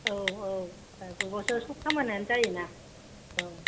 औ औ दा ग्रुपआवसो सब खामानियानो जायोना औ